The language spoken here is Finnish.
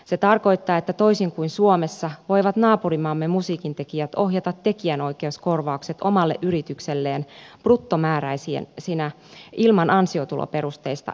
se tarkoittaa että toisin kuin suomessa voivat naapurimaamme musiikintekijät ohjata tekijänoikeuskorvaukset omalle yritykselleen bruttomääräisinä ilman ansiotuloperusteista ennakonpidätystä